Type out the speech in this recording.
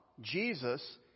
Jesus